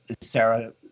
Sarah